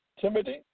Timothy